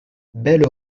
belle